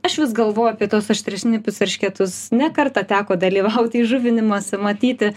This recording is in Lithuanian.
aš vis galvoju apie tuos aštriašnipius eršketus ne kartą teko dalyvaut įžuvinimuose matyti